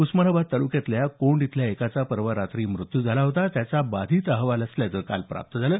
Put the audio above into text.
उस्मानाबाद तालुक्यातल्या कोंड इथल्या एकाचा परवा रात्री मृत्यू झाला होता त्याचा बाधित असल्याचा अहवाल काल प्राप्त झाला